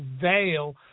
veil